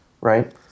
right